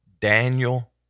Daniel